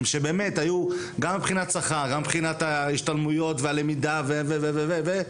שבאמת היו גם מבחינת השכר וההשתלמויות והלמידה וכו' וכו',